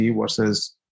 versus